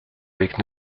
avec